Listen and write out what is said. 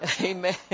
Amen